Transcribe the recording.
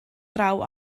draw